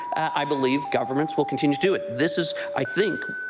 i believe governments will continue to do it. this is, i think,